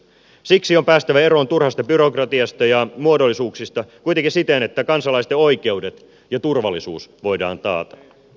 siksi on päästävä eroon turhasta byrokratiasta ja muodollisuuksista kuitenkin siten että kansalaisten oikeudet ja turvallisuus voidaan taata